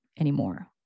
anymore